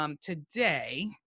Today